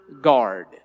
guard